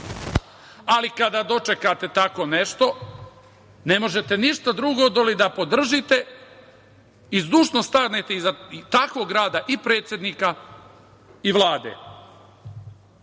Ali, kada dočekate tako nešto, ne možete ništa drugo do li da podržite i zdušno stanete iza takvog rada i predsednika i Vlade. Isti